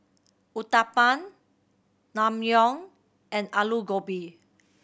Uthapam Naengmyeon and Alu Gobi